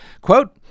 quote